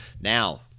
now